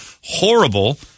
horrible